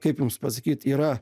kaip jums pasakyt yra